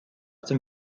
dem